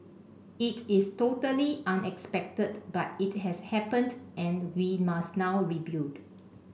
it is totally unexpected but it has happened and we must now rebuild